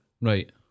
Right